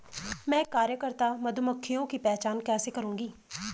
मैं कार्यकर्ता मधुमक्खियों की पहचान कैसे करूंगी?